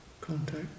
contact